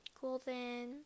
golden